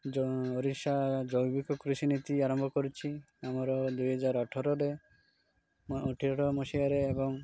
ଓଡ଼ିଶା ଜୈବିକ କୃଷ ନୀତି ଆରମ୍ଭ କରୁଛି ଆମର ଦୁଇହଜାର ଅଠରରେ ଅଠର ମସିହାରେ ଏବଂ